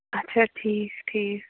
اچھا ٹھیٖک ٹھیٖک